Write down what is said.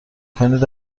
کنید